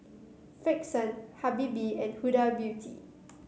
Frixion Habibie and Huda Beauty